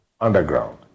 underground